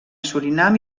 surinam